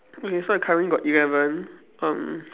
okay so I currently got eleven um